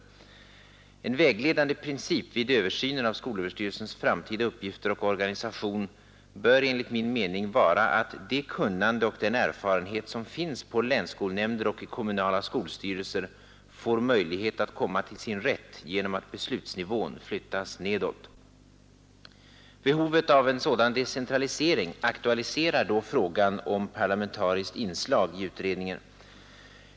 En vägledande princip vid översynen av skolöverstyrelsens framtida uppgifter och organisation bör enligt min mening vara att det kunnande och den erfarenhet som finns på länsskolnämnder och i kommunala skolstyrelser får möjlighet att komma till sin rätt genom att beslutsnivån flyttas nedåt. Behovet av en sådan decentralisering aktualiserar då frågan om parlamentariskt inslag i utredningen.